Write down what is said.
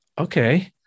Okay